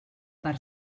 per